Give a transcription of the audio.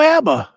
Abba